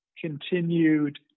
continued